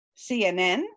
CNN